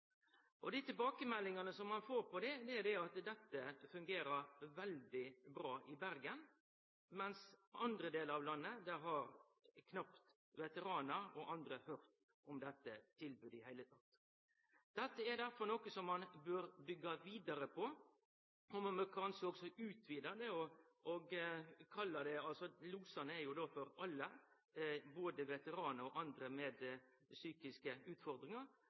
Dei tilbakemeldingane som ein får, er at dette fungerer veldig bra i Bergen, men i andre delar av landet har veteranar og andre knapt høyrt om tilbodet i det heile tatt. Dette er derfor noko som ein bør byggje vidare på, og ein kunne kanskje utvide ordninga. Losane er for alle, både veteranar og andre med psykiske utfordringar,